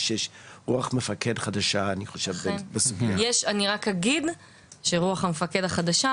אני רק אגיד שרוח המפקד החדשה,